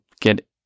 get